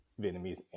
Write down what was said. Vietnamese